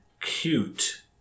cute